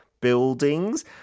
buildings